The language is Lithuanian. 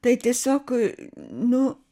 tai tiesiog nu